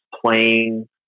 playing